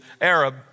Arab